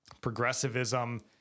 progressivism